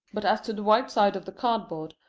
but as to the white side of the cardboard,